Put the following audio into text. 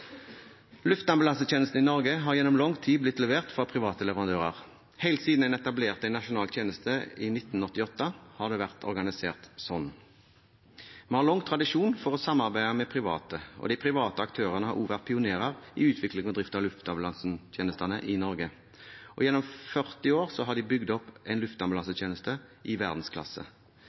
Luftambulansetjenesten i Norge har gjennom lang tid blitt levert fra private leverandører. Helt siden en etablerte en nasjonal tjeneste i 1988, har det vært organisert sånn. Vi har lang tradisjon for å samarbeide med private, og de private aktørene har også vært pionerer i utvikling og drift av luftambulansetjenesten i Norge. Gjennom 40 år har de bygd opp en luftambulansetjeneste i verdensklasse.